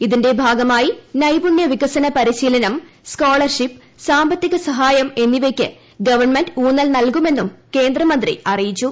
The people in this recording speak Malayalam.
ഇതിന്റെ ഭാഗമായി നൈപുണ്യ വ്യിക്സന് പരിശീലനം സ്കോളർഷിപ്പ് സാമ്പത്തിക സഹായം എന്നീവയ്ക്ക് ഗവൺമെന്റ് ഊന്നൽ നൽകുമെന്നും കേന്ദ്രമന്ത്രി ്അറിയിച്ചു